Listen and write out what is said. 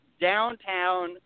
downtown